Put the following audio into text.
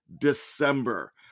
December